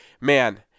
man